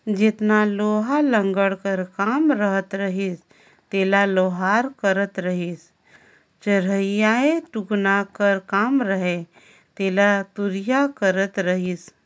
जेतना लोहा लाघड़ कर काम रहत रहिस तेला लोहार करत रहिसए चरहियाए टुकना कर काम रहें तेला तुरिया करत रहिस